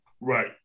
Right